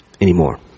anymore